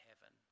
heaven